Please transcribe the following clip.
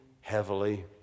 heavily